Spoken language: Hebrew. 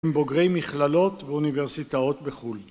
‫מבוגרי מכללות ואוניברסיטאות בחול.